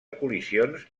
col·lisions